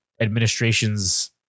administration's